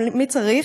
מי צריך?